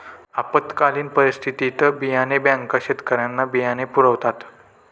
आपत्कालीन परिस्थितीत बियाणे बँका शेतकऱ्यांना बियाणे पुरवतात